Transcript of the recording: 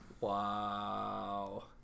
Wow